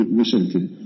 recently